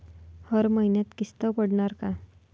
हर महिन्यासाठी किस्त पडनार का?